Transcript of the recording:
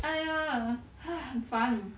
!aiya! !hais! 很烦